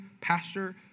pastor